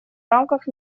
рамках